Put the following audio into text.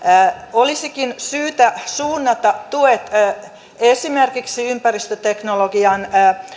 olisikin syytä suunnata tuet esimerkiksi ympäristöteknologian